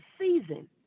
season